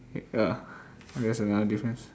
ya I guess another difference